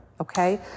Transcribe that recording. okay